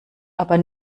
aber